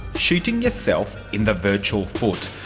shooting yourself in the virtual foot.